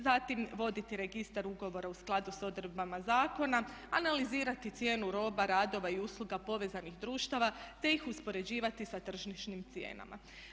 Zatim voditi registar ugovora u skladu s odredbama zakona, analizirati cijenu roba, radova i usluga povezanih društava te ih uspoređivati sa tržišnim cijenama.